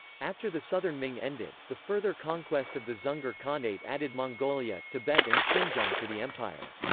after the southern ming ended, the further conquest of the dzungar khanate added mongolia, tibet and xinjiang to the empire.